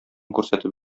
күрсәтеп